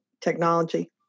technology